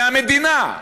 מהמדינה.